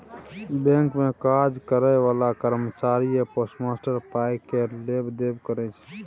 bank मे काज करय बला कर्मचारी या पोस्टमास्टर पाइ केर लेब देब करय छै